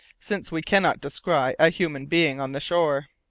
since we cannot descry a human being on the shore.